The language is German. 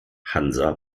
hansa